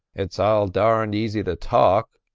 it's all darned easy to talk,